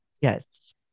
yes